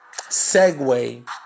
segue